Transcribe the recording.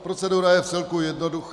Procedura je vcelku jednoduchá.